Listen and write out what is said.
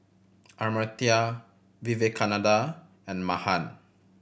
Amartya Vivekananda and Mahan